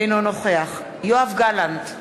אינו נוכח יואב גלנט,